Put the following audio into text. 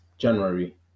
January